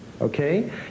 okay